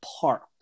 park